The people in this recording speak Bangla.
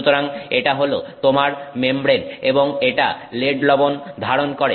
সুতরাং এটা হল তোমার মেমব্রেন এবং এটা লেড লবণ ধারণ করে